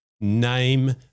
name